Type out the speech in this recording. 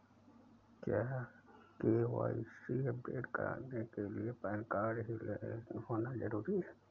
क्या KYC update कराने के लिए पैन कार्ड का ही होना जरूरी है?